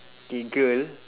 K girl